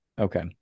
Okay